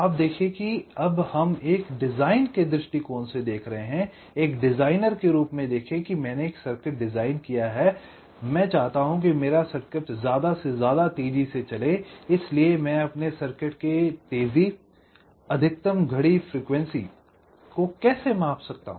आप देखें कि अब हम एक डिज़ाइन के दृष्टिकोण से देख रहे हैं एक डिज़ाइनर के रूप में देखें कि मैंने एक सर्किट डिज़ाइन किया है मैं चाहता हूं कि मेरा सर्किट ज्यादा से ज्यादा तेज़ी से चले इसलिए मैं अपने सर्किट के तेज़ी अधिकतम घड़ी फ्रीक्वेंसी को कैसे माप सकता हूं